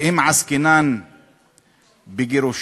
ואם עסקינן בגירושים,